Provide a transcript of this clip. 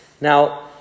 Now